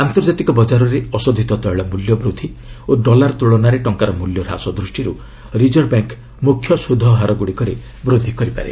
ଆନ୍ତର୍ଜାତିକ ବଜାରରେ ଅଶୋଧିତ ତୈଳ ମୂଲ୍ୟ ବୂଦ୍ଧି ଓ ଡଲାର ତୁଳନାରେ ଟଙ୍କାର ମୂଲ୍ୟ ହ୍ରାସ ଦୃଷ୍ଟିରୁ ରିଜର୍ଭ ବ୍ୟାଙ୍କ୍ ମୁଖ୍ୟ ସୁଧହାରଗୁଡ଼ିକରେ ବୃଦ୍ଧି କରିପାରେ